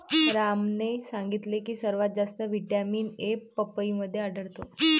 रामने सांगितले की सर्वात जास्त व्हिटॅमिन ए पपईमध्ये आढळतो